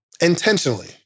Intentionally